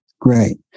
Great